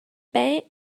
bank